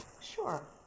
Sure